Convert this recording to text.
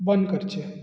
बंद करचें